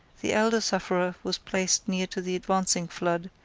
the elder sufferer was placed near to the advancing flood,